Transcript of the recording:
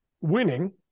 winning